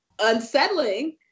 unsettling